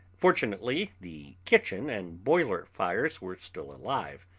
fortunately, the kitchen and boiler fires were still alive,